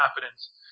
confidence